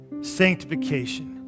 sanctification